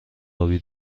آبی